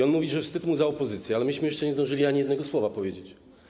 On mówi, że wstyd mu za opozycję, ale my jeszcze nie zdążyliśmy ani jednego słowa powiedzieć.